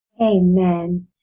Amen